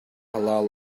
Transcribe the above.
halal